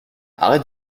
arrête